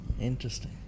interesting